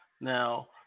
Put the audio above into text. Now